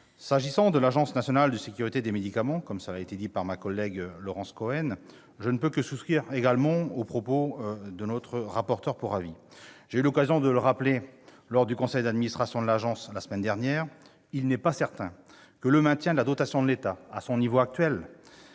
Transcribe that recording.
S'agissant de l'Agence nationale de sécurité du médicament et des produits de santé, l'ANSM, je ne peux que souscrire aux propos de notre rapporteure pour avis. J'ai eu l'occasion de le rappeler lors du conseil d'administration de l'agence, la semaine dernière, il n'est pas certain que le maintien de la dotation de l'État à son niveau actuel